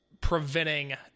preventing